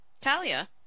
Talia